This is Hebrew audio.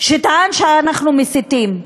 שטען שאנחנו מסיתים,